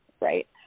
right